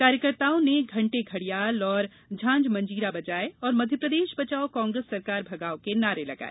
कार्यकर्ताओं ने घंटे घड़ियाल और झांझ मंजीरा बजाए और मध्यप्रदेश बचाओ कांग्रेस सरकार भगाओ के नारे लगाए